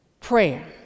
prayer